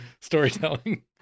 storytelling